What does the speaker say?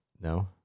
no